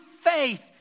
faith